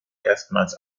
erstmals